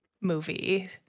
movie